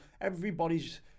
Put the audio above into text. everybody's